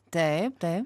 taip taip